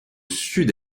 sud